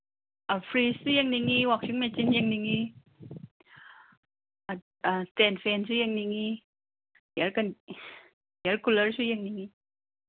ꯑꯥ ꯐ꯭ꯔꯤꯖꯁꯨ ꯌꯦꯡꯅꯤꯡꯉꯤ washing machine ꯌꯦꯡꯅꯤꯡꯉꯤ ꯏꯁꯇꯦꯟ ꯐꯦꯟꯁꯨ ꯌꯦꯡꯅꯤꯡꯉꯤ ꯏꯌꯔ ꯀꯨꯂꯔꯁꯨ ꯌꯦꯡꯅꯤꯡꯉꯤ